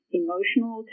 emotional